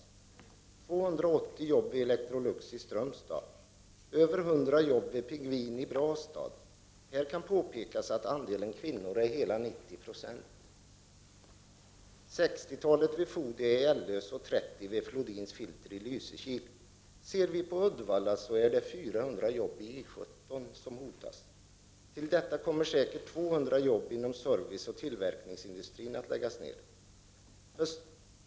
Det gäller 280 jobb vid Electrolux i Strömstad, över 100 jobb vid Pingvin i Brastad — här kan påpekas att andelen kvinnor är hela 90 90 —, ca 60 jobb vid Foodia i Ellös och 30 vid Flodins Filter i Lysekil. I Uddevalla hotas 400 jobb på I 17. Till detta kommer säkert 200 jobb inom serviceoch tillverkningsindustrin att läggas ned.